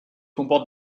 comporte